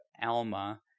Alma